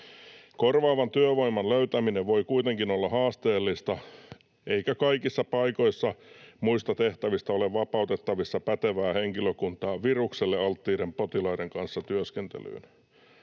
Korvaavan työvoiman löytäminen voi kuitenkin olla haasteellista, eikä kaikissa paikoissa muista tehtävistä ole vapautettavissa pätevää henkilökuntaa virukselle alttiiden potilaiden kanssa työskentelyyn.